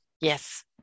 Yes